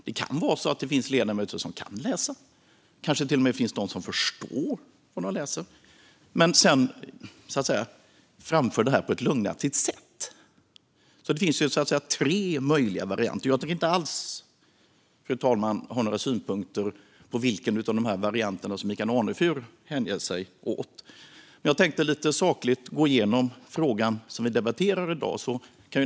Det kan vara så att det finns ledamöter som kan läsa och som till och med förstår vad de läser men som framför detta på ett lögnaktigt sätt. Det finns alltså tre möjliga varianter. Jag tänker inte ha några synpunkter på vilken av de varianterna Michael Anefur tillhör, fru talman. Men jag tänker lite sakligt gå igenom frågan vi debatterar i dag.